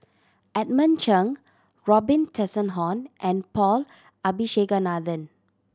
Edmund Cheng Robin Tessensohn and Paul Abisheganaden